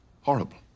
Horrible